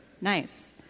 Nice